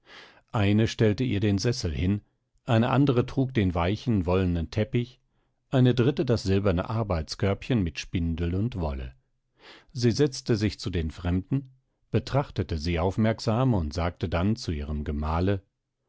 eine stellte ihr den sessel hin eine andere trug den weichen wollenen teppich eine dritte das silberne arbeitskörbchen mit spindel und wolle sie setzte sich zu den fremden betrachtete sie aufmerksam und sagte dann zu ihrem gemahle